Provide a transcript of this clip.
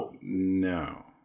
No